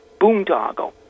boondoggle